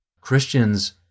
Christians